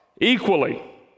equally